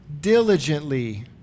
diligently